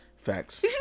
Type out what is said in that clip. Facts